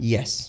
Yes